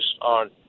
on